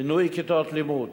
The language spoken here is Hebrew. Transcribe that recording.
בינוי כיתות לימוד,